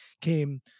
came